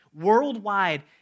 Worldwide